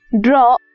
draw